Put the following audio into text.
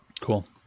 Cool